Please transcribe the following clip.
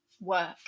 work